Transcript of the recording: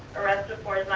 arrested